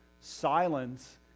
silence